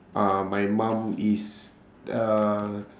uh my mum is uh